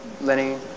Lenny